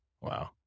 Wow